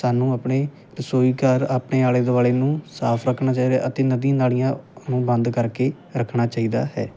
ਸਾਨੂੰ ਆਪਣੇ ਰਸੋਈ ਘਰ ਆਪਣੇ ਆਲੇ ਦੁਆਲੇ ਨੂੰ ਸਾਫ ਰੱਖਣਾ ਚਾਹੀਦਾ ਅਤੇ ਨਦੀ ਨਾਲੀਆਂ ਨੂੰ ਬੰਦ ਕਰਕੇ ਰੱਖਣਾ ਚਾਹੀਦਾ ਹੈ